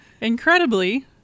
Incredibly